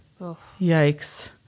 Yikes